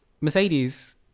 Mercedes